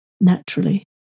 naturally